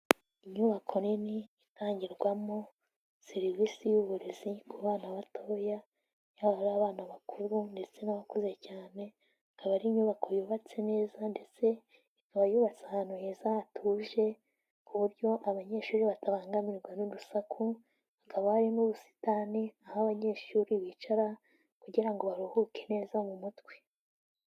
Imyubako nini intangirwamo serivisi y'uburezi ku bana batoya, yaba ari abana bakuru ndetse n'abakuze cyane, ikaba ari inyubako yubatse neza ndetse ikaba yubatse ahantu heza hatuje ku buryo abanyeshuri batabangamirwa n'urusaku, hakaba hari n'ubusitani aho abanyeshuri bicara kugira ngo baruhuke neza mu mutwe.